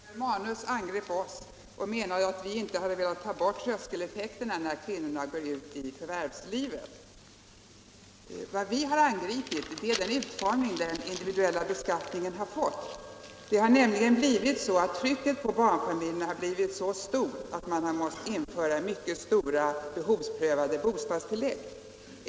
Herr talman! Herr Romanus angrep oss och menade att vi inte hade velat ta bort tröskeleffekterna när kvinnorna går ut i förvärvslivet. Vad vi har angripit är den utformning som den individuella beskattningen har fått. Trycket på barnfamiljerna har nämligen blivit så stort att man måste införa mycket stora behovsprövade bostadstillägg.